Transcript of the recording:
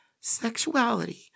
Sexuality